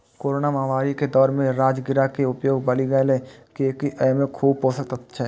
corona महामारी के दौर मे राजगिरा के उपयोग बढ़ि गैले, कियैकि अय मे खूब पोषक तत्व छै